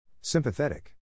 sympathetic